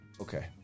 okay